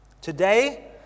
Today